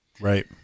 Right